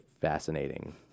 fascinating